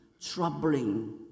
troubling